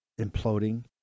imploding